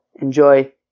enjoy